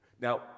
now